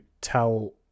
tell